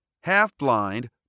half-blind